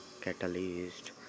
catalyst